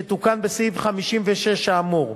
שתוקן בסעיף 56 האמור,